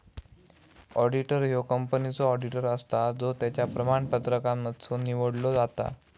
auditor ह्यो कंपनीचो auditor असता जो त्याच्या प्रमाणपत्रांमधसुन निवडलो जाता